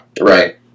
Right